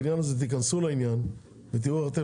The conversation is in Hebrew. בעניין הזה תיכנסו לעניין ותראו איך אתם